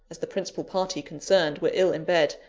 as the principal party concerned, were ill in bed,